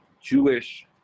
Jewish